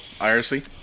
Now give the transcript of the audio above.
IRC